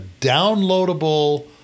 downloadable